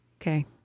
Okay